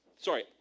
Sorry